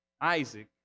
Isaac